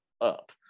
up